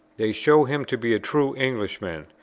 they show him to be a true englishman,